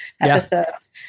episodes